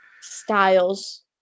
styles